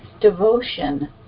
devotion